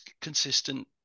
consistent